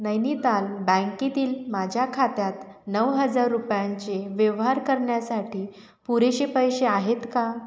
नैनिताल बँकेतील माझ्या खात्यात नऊ हजार रुपयांचे व्यवहार करण्यासाठी पुरेसे पैसे आहेत का